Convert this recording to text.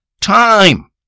time